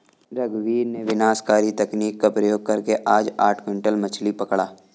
रघुवीर ने विनाशकारी तकनीक का प्रयोग करके आज आठ क्विंटल मछ्ली पकड़ा